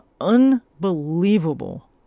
Unbelievable